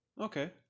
Okay